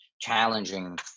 challenging